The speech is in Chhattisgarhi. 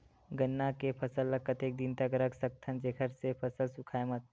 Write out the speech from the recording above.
गन्ना के फसल ल कतेक दिन तक रख सकथव जेखर से फसल सूखाय मत?